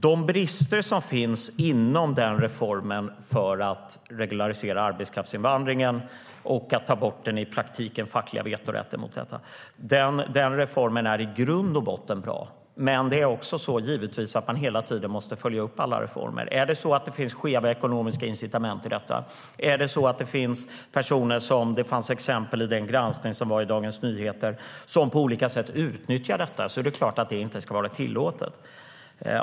De brister som finns inom den reformen för att regularisera arbetskraftsinvandringen och i praktiken ta bort den fackliga vetorätten är i grund och botten bra. Men givetvis måste man hela tiden följa upp alla reformer. Finns det skeva ekonomiska incitament i detta? Finns det personer - som det fanns exempel på i den granskning som gjordes i Dagens Nyheter - som på olika sätt utnyttjar systemet? Det är klart att det inte ska vara tillåtet.